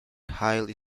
highly